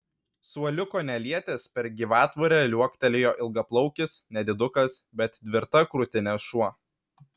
suoliuko nelietęs per gyvatvorę liuoktelėjo ilgaplaukis nedidukas bet tvirta krūtine šuo